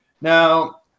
Now